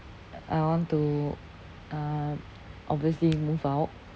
I want to uh obviously move out